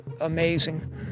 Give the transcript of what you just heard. amazing